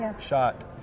shot